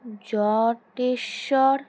Jateshwar